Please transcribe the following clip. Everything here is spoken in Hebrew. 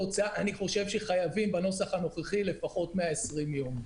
אני חושב שחייבים בנוסח הנוכחי לפחות 120 יום.